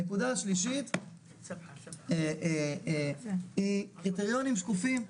הנקודה השלישית היא קריטריונים שקופים.